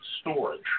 storage